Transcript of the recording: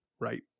right